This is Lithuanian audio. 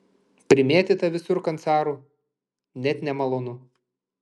primėtyta visur kancarų net nemalonu